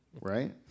right